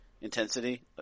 intensity